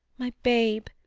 my babe,